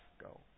go